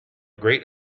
great